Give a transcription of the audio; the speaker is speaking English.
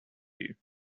you